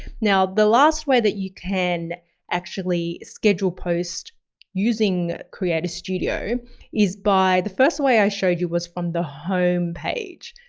now, the last way that you can actually schedule post using creator studio is by, the first way i showed you was from the home page.